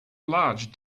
large